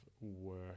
work